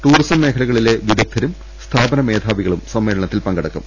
tourism മേഖ ലകളിലെ വിദഗ്ദരും സ്ഥാപന മേധാവികളും സമ്മേളന ത്തിൽ പങ്കെടുക്കും